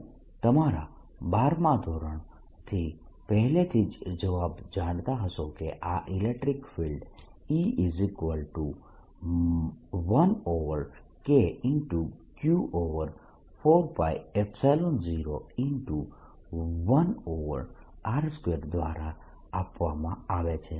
તમે તમારા બારમાં ધોરણથી પહેલેથી જ જવાબ જાણતા હશો કે આ ઇલેક્ટ્રીક ફિલ્ડ E1KQ4π01r2 દ્વારા આપવામાં આવે છે